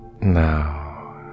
now